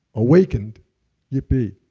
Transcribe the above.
awakened yippee!